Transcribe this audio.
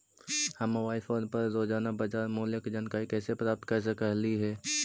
हम mobile phone पर रोजाना बाजार मूल्य के जानकारी कैसे प्राप्त कर सकली हे?